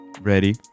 Ready